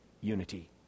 unity